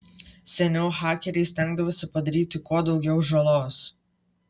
seniau hakeriai stengdavosi padaryti kuo daugiau žalos